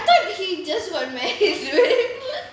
I thought he just got married dude